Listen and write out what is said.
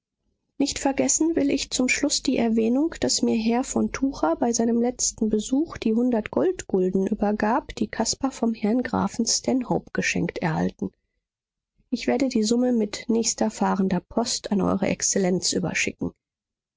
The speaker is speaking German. nicht vergessen will ich zum schluß die erwähnung daß mir herr von tucher bei seinem letzten besuch die hundert goldgulden übergab die caspar vom herrn grafen stanhope geschenkt erhalten ich werde die summe mit nächster fahrender post an eure exzellenz überschicken